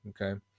okay